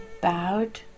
bowed